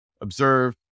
observe